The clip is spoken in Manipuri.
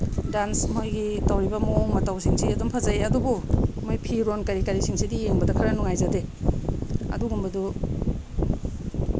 ꯗꯥꯟꯁ ꯃꯣꯏꯒꯤ ꯇꯧꯔꯤꯕ ꯃꯑꯣꯡ ꯃꯇꯧꯁꯤꯡꯁꯦ ꯑꯗꯨꯝ ꯐꯖꯩ ꯑꯗꯨꯕꯨ ꯃꯣꯏꯒꯤ ꯐꯤꯔꯣꯜ ꯀꯔꯤ ꯀꯔꯤꯁꯤꯡꯁꯤꯗꯤ ꯌꯦꯡꯕꯗ ꯈꯔ ꯅꯨꯡꯉꯥꯏꯖꯗꯦ ꯑꯗꯨꯒꯨꯝꯕꯗꯨ